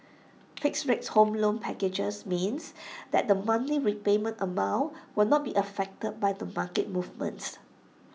fixed rates home loan packages means that the monthly repayment amount will not be affected by the market movements